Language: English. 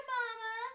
mama